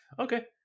okay